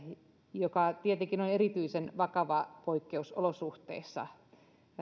joka tietenkin on erityisen vakava poikkeusolosuhteissa